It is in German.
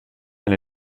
eine